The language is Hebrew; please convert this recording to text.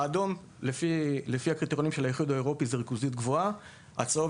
האדום לפי הקריטריונים של האיחוד האירופי זה ריכוזיות גבוהה; הצהוב